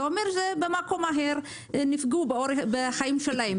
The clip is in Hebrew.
זה אומר במקום אחר נפגעו בחיים שלהם.